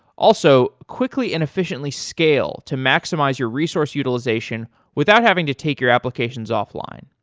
also, quickly and efficiently scale to maximize your resource utilization without having to take your applications offline.